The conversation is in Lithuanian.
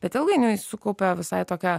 bet ilgainiui sukaupia visai tokią